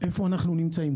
איפה אנחנו נמצאים,